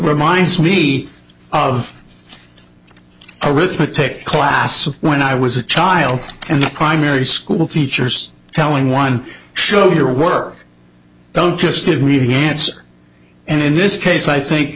reminds me of arithmetic classes when i was a child and the primary school teachers telling one show your work don't just give me he answers and in this case i think